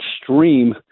extreme